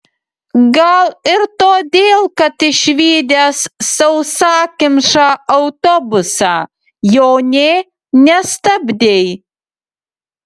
gal ir todėl kad išvydęs sausakimšą autobusą jo nė nestabdei